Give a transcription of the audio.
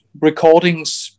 recordings